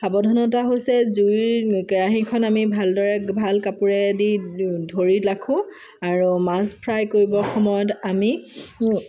সাৱধানতা হৈছে জুইৰ কেৰহিখন আমি ভালদৰে ভাল কাপোৰেৰে দি ধৰি ৰাখোঁ আৰু মাছ ফ্ৰাই কৰিবৰ সময়ত আমি